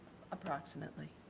approximately.